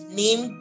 name